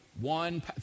one